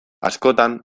askotan